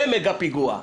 זה מגה פיגוע.